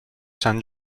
san